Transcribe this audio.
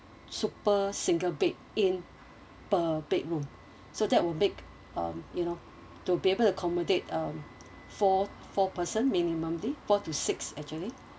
super single bed in per bedroom so that will make um you know to be able to accommodate um four four person minimumly four to six actually